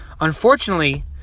Unfortunately